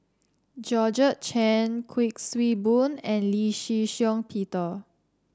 Georgette Chen Kuik Swee Boon and Lee Shih Shiong Peter